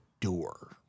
door